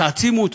תעצימו אותם.